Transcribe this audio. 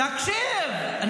תקשיב.